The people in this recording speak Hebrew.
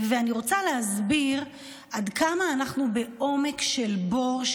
אני רוצה להסביר עד כמה אנחנו בעומק של בור,